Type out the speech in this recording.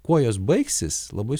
kuo jos baigsis labai